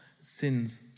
sins